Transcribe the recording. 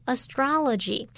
Astrology